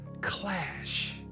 clash